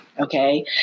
okay